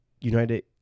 United